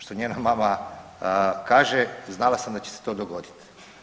Što njena mama kaže, znala sam da će se to dogoditi.